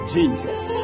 Jesus